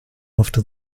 after